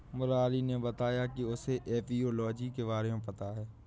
मुरारी ने बताया कि उसे एपियोलॉजी के बारे में पता है